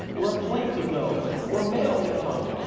or a plane to go, or mail to come,